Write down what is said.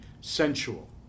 sensual